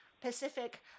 Pacific